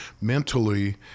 mentally